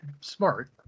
smart